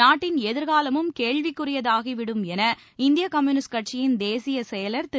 நாட்டின் எதிர்காலமும் கேள்விக்குறியதாகிவிடும் என இந்திய கம்யூனிஸ்ட் கட்சியின் தேசியச் செயலர் திரு